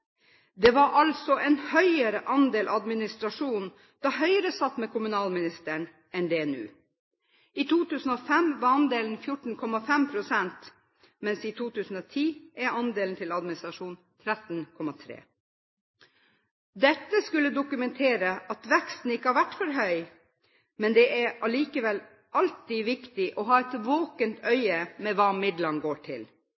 Det var altså en høyere andel administrasjon da Høyre satt med kommunalministeren, enn det er nå. I 2005 var andelen 14,5 pst., mens i 2010 var andelen til administrasjon 13,3 pst. Dette skulle dokumentere at veksten ikke har vært for høy, men det er likevel alltid viktig å ha et våkent øye med hva midlene går til.